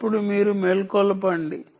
అప్పుడు ఇది మేల్కొలపండి